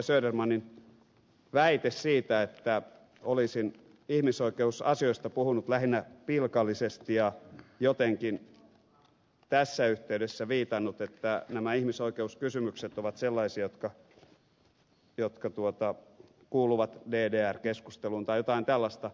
södermanin väite siitä että olisin ihmisoikeusasioista puhunut lähinnä pilkallisesti ja jotenkin tässä yhteydessä viitannut että nämä ihmisoikeuskysymykset ovat sellaisia jotka kuuluvat ddr keskusteluun tai jotain tällaista